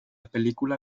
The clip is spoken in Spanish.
película